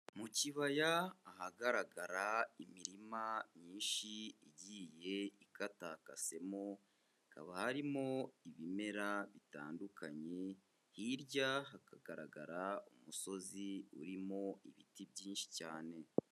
Mu kibaya ahagaragara imirima myinshi igiye ikatakasemo, hakaba harimo ibimera bitandukanye, hirya hakagaragara umusozi urimo ibiti byinshi cyane.